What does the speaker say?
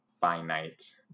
finite